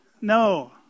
No